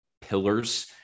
pillars